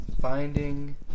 finding